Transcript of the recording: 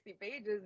pages